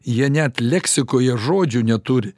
jie net leksikoje žodžių neturi